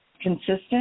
consistent